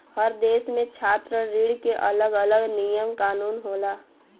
हर देस में छात्र ऋण के अलग अलग नियम कानून होला